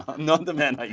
not the man i